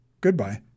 goodbye